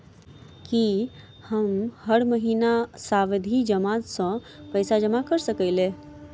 की हम हर महीना सावधि जमा सँ पैसा जमा करऽ सकलिये?